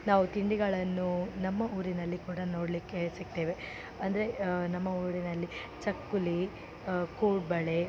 ನಾವು ತಿಂಡಿಗಳನ್ನು ನಮ್ಮ ಊರಿನಲ್ಲಿ ಕೂಡ ನೋಡಲಿಕ್ಕೆ ಸಿಕ್ತೇವೆ ಅಂದರೆ ನಮ್ಮ ಊರಿನಲ್ಲಿ ಚಕ್ಕುಲಿ ಕೋಡುಬಳೆ